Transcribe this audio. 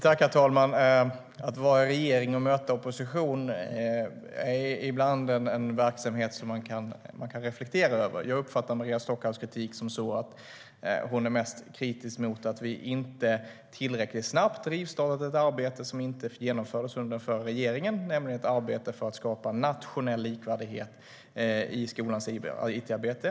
Herr talman! Att sitta i en regering och möta opposition kan man ibland reflektera över. Jag uppfattade Maria Stockhaus så att hon är mest kritisk mot att vi inte tillräckligt snabbt rivstartat ett arbete som inte genomfördes under den förra regeringen, nämligen ett arbete för att skapa nationell likvärdighet i skolans it-arbete.